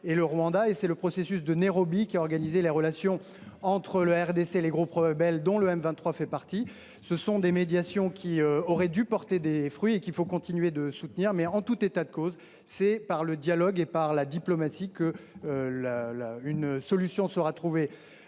et le Rwanda, et c’est le processus de Nairobi qui a organisé la relation entre la RDC et les groupes rebelles, dont le M23. Ces médiations auraient dû porter des fruits, et il faut continuer de les soutenir. En tout état de cause, c’est par le dialogue et par la diplomatie qu’une solution sera trouvée